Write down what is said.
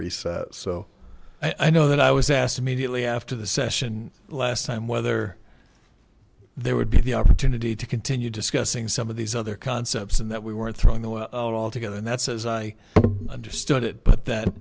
recess so i know that i was asked immediately after the session last time whether there would be the opportunity to continue discussing some of these other concepts and that we were throwing away altogether and that's as i understood it but that